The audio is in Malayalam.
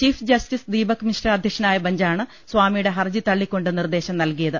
ചീഫ് ജസ്റ്റിസ് ദീപക് മിശ്ര അധ്യക്ഷനായ ബെഞ്ചാണ് സ്വാമിയുടെ ഹർജി തള്ളിക്കൊണ്ട് നിർദേശം നൽകിയത്